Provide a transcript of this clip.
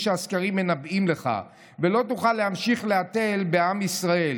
שהסקרים מנבאים לך ולא תוכל להמשיך להתל בעם ישראל,